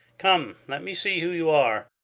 come, let me see who you are.